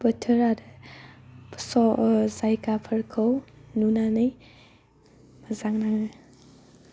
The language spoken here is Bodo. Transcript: बोथोर आरो जायगाफोरखौ नुनानै मोजां मोनो